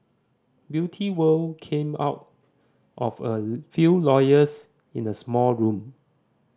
Beauty World came out of a few lawyers in the small room